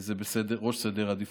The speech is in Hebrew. זה בראש סדר העדיפויות.